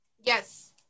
Yes